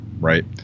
right